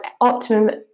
optimum